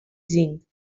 zinc